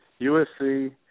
USC